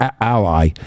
ally